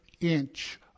inch